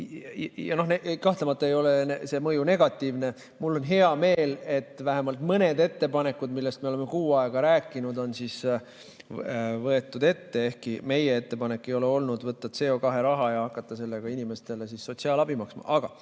Kahtlemata ei ole see mõju negatiivne. Mul on hea meel, et vähemalt mõned ettepanekud, millest me oleme kuu aega rääkinud, on siis võetud ette, ehkki meie ettepanek ei ole olnud võtta CO2raha ja hakata sellega inimestele sotsiaalabi